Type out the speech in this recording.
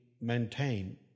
maintain